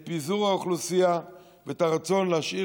את פיזור האוכלוסייה ואת הרצון להשאיר